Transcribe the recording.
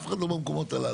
אף אחד לא במקומות הללו.